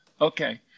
okay